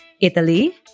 Italy